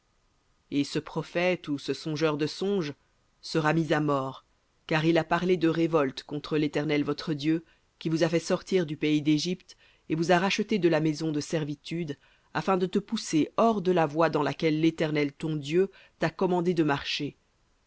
et ce prophète ou ce songeur de songes sera mis à mort car il a parlé de révolte contre l'éternel votre dieu qui vous a fait sortir du pays d'égypte et vous a rachetés de la maison de servitude afin de te pousser hors de la voie dans laquelle l'éternel ton dieu t'a commandé de marcher